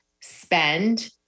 spend